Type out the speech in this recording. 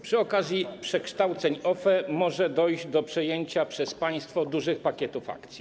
Przy okazji przekształceń OFE może dojść do przejęcia przez państwo dużych pakietów akcji.